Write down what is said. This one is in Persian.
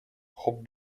خوب